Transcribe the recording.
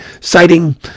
citing